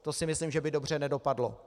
To si myslím, že by dobře nedopadlo.